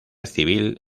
civil